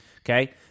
Okay